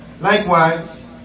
Likewise